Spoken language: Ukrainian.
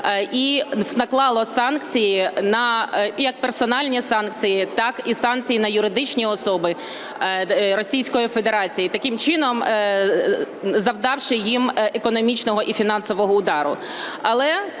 і наклало санкції, як персональні санкції, так і санкції на юридичні особи Російської Федерації, таким чином завдавши їм економічного і фінансового удару.